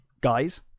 guys